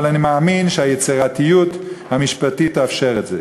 אבל אני מאמין שהיצירתיות המשפטית תאפשר את זה.